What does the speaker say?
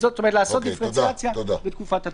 כלומר, לעשות דיפרנציאציה בתקופת התוקף.